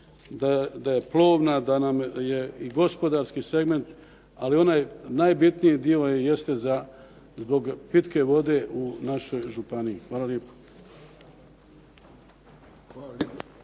da je plovna, da nam je i gospodarski segment, ali onaj najbitniji dio jeste zbog pitke vode u našoj županiji. Hvala lijepo.